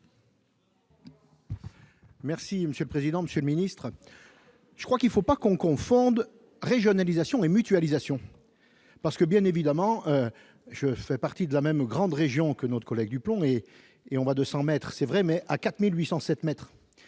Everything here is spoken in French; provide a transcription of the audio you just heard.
Merci monsieur le président, Monsieur le ministre, je crois qu'il faut pas qu'on confonde régionalisation et mutualisation parce que bien évidemment je fais partie de la même grande région que notre collègue du plomb et et on va de 100 mètres c'est vrai, mais à 4807 mètres